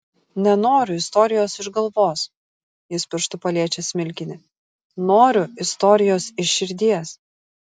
nenoriu istorijos iš galvos jis pirštu paliečia smilkinį noriu istorijos iš širdies